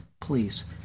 Please